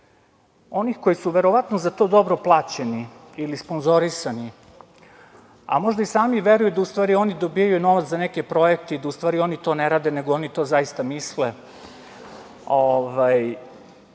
onih koji su verovatno za to dobro plaćeni ili sponzorisani, a možda i sami veruju da u stvari oni dobijaju novac za neke projekte i da u stvari oni to ne rade, nego oni to zaista misle,